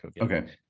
Okay